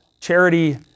charity